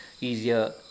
easier